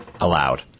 allowed